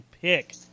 pick